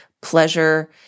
pleasure